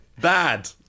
Bad